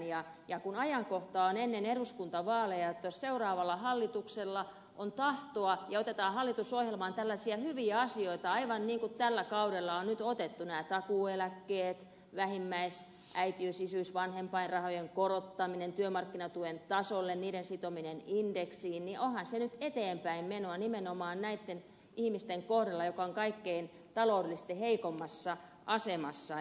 ja kun ajankohta on ennen eduskuntavaaleja niin jos seuraavalla hallituksella on tahtoa ja otetaan hallitusohjelmaan tällaisia hyviä asioita aivan niin kuin tällä kaudella on nyt otettu nämä takuueläkkeet vähimmäisäitiys isyys vanhempainrahojen korottaminen työmarkkinatuen tasolle niiden sitominen indeksiin niin onhan se nyt eteenpäinmenoa nimenomaan näitten ihmisten kohdalla jotka ovat taloudellisesti kaikkein heikoimmassa asemassa